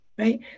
Right